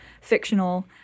fictional